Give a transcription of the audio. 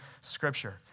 Scripture—